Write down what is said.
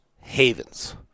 havens